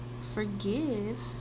forgive